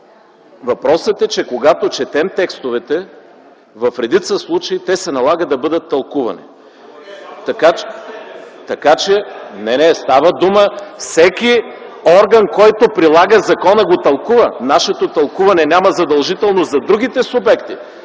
въпросът е, че когато четем текстовете, в редица случаи се налага те да бъдат тълкувани. (Шум и реплики от ГЕРБ.) Не, не, става дума, че всеки орган, който прилага закона, го тълкува. Нашето тълкуване няма задължителност за другите субекти,